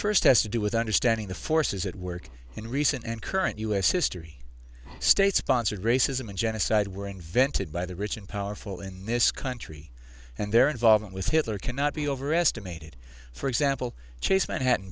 first has to do with understanding the forces at work in recent and current us history state sponsored racism and genocide were invented by the rich and powerful in this country and their involvement with hitler cannot be overestimated for example chase manhattan